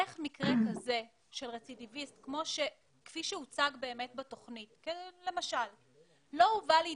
איך מקרה כזה של רצידיביסט כפי שהוצג בתוכנית לא הובא לידיעתכם?